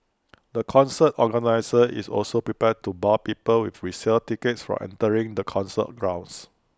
the concert organiser is also prepared to bar people with resale tickets from entering the concert grounds